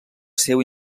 seu